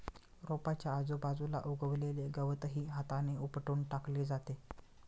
रोपाच्या आजूबाजूला उगवलेले गवतही हाताने उपटून टाकले जाते